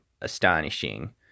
astonishing